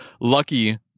lucky